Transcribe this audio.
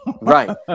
Right